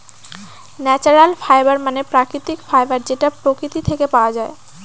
natural fibre মানে প্রাকৃতিক fibre যেটা প্রকৃতি থেকে পাওয়া যায়